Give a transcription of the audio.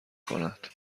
کند